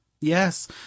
yes